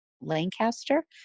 Lancaster